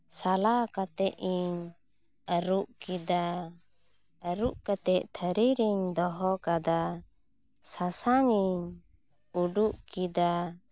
ᱥᱟᱞᱟ ᱠᱟᱛᱮ ᱤᱧ ᱟᱹᱨᱩᱯ ᱠᱮᱫᱟ ᱟᱹᱨᱩᱯ ᱠᱟᱛᱮ ᱛᱷᱟᱹᱨᱤ ᱨᱤᱧ ᱫᱚᱦᱚ ᱠᱟᱫᱟ ᱥᱟᱥᱟᱝᱤᱧ ᱩᱰᱩᱠ ᱠᱮᱫᱟ